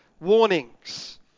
warnings